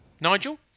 Nigel